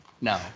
No